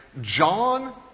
john